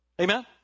Amen